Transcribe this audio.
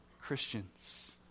Christians